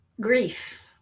grief